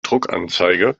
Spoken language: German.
druckanzeige